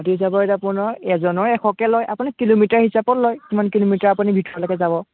হাতী হিচাপত আপোনাৰ এজনৰ এশকৈ লয় আপুনি কিলোমিটাৰ হিচাপত লয় কিমান কিলোমিটাৰ আপুনি ভিতৰলৈকে যাব